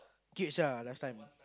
cage ah last time